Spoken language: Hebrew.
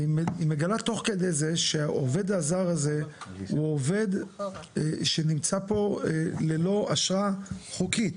והיא מגלה תוך כדי שהעובד הזר הזה הוא עובד שנמצא פה ללא אשרה חוקית.